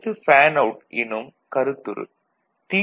அடுத்து fan out என்னும் கருத்துரு டி